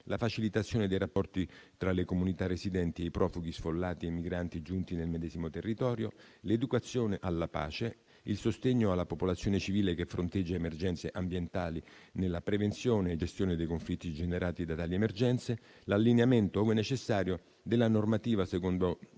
la facilitazione dei rapporti tra le comunità residenti e i profughi sfollati e migranti giunti nel medesimo territorio; l'educazione alla pace; il sostegno alla popolazione civile che fronteggia emergenze ambientali, nella prevenzione e gestione dei conflitti generati da tali emergenze; l'allineamento, ove necessario, della normativa in